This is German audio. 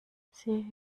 sie